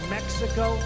Mexico